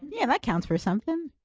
yeah, that counts for something.